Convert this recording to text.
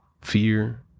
Fear